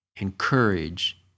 encourage